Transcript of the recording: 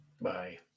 Bye